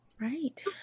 Right